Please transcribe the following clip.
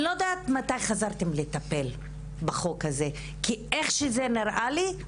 אני לא יודעת מתי חזרתם לטפל בחוק הזה כי איך שזה נראה לי,